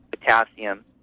potassium